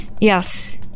Yes